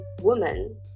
woman